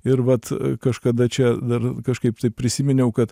ir vat kažkada čia dar kažkaip tai prisiminiau kad